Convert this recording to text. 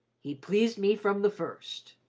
he pleased me from the first.